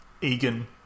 Egan